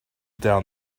down